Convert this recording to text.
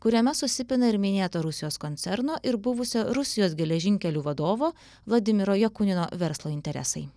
kuriame susipina ir minėto rusijos koncerno ir buvusio rusijos geležinkelių vadovo vladimiro jakunino verslo interesai